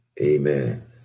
Amen